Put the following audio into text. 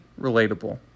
relatable